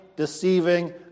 deceiving